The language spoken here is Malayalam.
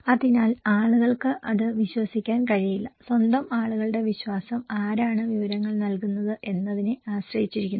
അതിനാൽ ആളുകൾക്ക് അത് വിശ്വസിക്കാൻ കഴിയില്ല സ്വന്തം ആളുകളുടെ വിശ്വാസം ആരാണ് വിവരങ്ങൾ നൽകുന്നത് എന്നതിനെ ആശ്രയിച്ചിരിക്കുന്നു